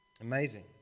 Amazing